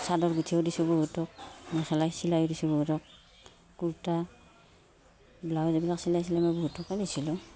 চাদৰ গোঁঠিও দিছোঁ বহুতক মেখেলা চিলাইও দিছোঁ বহুতক কুৰ্তা ব্লাউজ এইবিলাক চিলাই চিলাই মই বহুতকে দিছিলোঁ